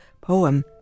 poem